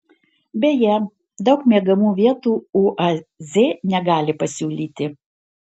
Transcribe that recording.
beje daug miegamų vietų uaz negali pasiūlyti